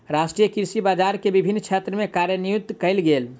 राष्ट्रीय कृषि बजार के विभिन्न क्षेत्र में कार्यान्वित कयल गेल